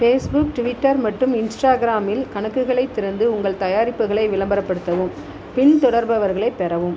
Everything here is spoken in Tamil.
ஃபேஸ்புக் ட்விட்டர் மற்றும் இன்ஸ்டாகிராமில் கணக்குகளை திறந்து உங்கள் தயாரிப்புகளை விளம்பரப்படுத்தவும் பின்தொடர்பவர்களை பெறவும்